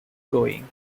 going